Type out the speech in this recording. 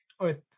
okay